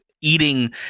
eating